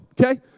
Okay